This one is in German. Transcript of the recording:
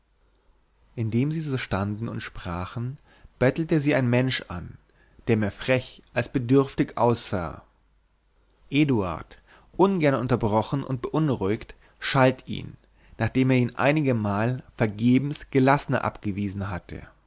indem sie standen und sprachen bettelte sie ein mensch an der mehr frech als bedürftig aussah eduard ungern unterbrochen und beunruhigt schalt ihn nachdem er ihn einigemal vergebens gelassener abgewiesen hatte